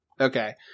Okay